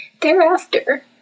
Thereafter